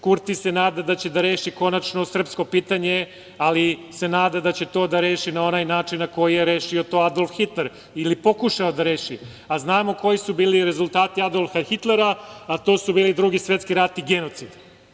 Kurti se nada da će da reši konačno srpsko pitanje, ali se nada da će to da reši na onaj način na koji je rešio to Adolf Hitler, ili pokušao da reši, a znamo koji su bili rezultati Adolfa Hitlera, a to su bili Drugi svetski rat i genocid.